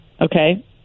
Okay